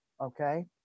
okay